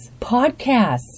podcasts